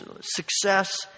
success